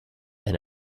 and